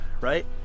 right